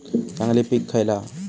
चांगली पीक खयला हा?